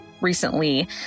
recently